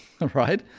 right